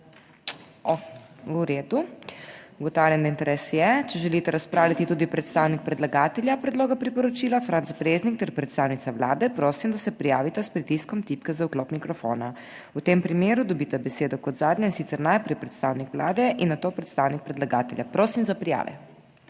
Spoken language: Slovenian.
da je interes je, če želita razpravljati tudi predstavnik predlagatelja predloga priporočila Franc Breznik ter predstavnica Vlade, prosim, da se prijavita s pritiskom tipke za vklop mikrofona. V tem primeru dobita besedo kot zadnja, in sicer najprej predstavnik Vlade in nato predstavnik predlagatelja. Prosim za prijave.